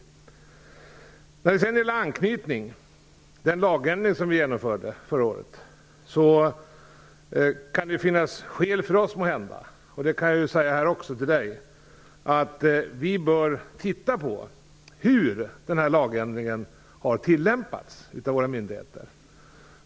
Jag kan till Ingrid Näslund när det gäller den lagändring som vi genomförde förra året avseende anknytning också säga att det måhända kan finnas skäl för oss att se på hur denna lagändring har tillämpats av våra myndigheter.